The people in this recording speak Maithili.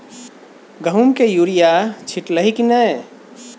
गहुम मे युरिया छीटलही की नै?